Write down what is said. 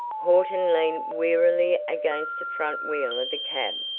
horton leaned wearily against the front wheel of the cab.